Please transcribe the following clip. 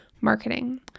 marketing